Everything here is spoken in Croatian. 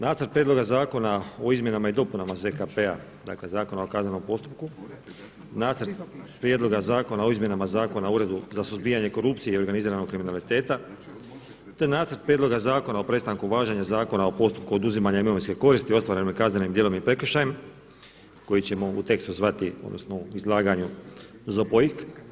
Nacrt prijedlog Zakona o izmjenama i dopunama ZKP-a, dakle Zakona o kaznenom postupku, Nacrt prijedloga zakona o izmjenama Zakona o Uredu za suzbijanje korupcije i organiziranog kriminaliteta te Nacrt prijedloga zakona o prestanku važenja Zakona o postupku oduzimanja imovinske koristi ostvarene kaznenim djelom i prekršajem koji ćemo u tekstu zvati, odnosno u izlaganju ZPOIK.